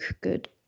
Good